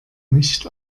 nicht